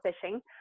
fishing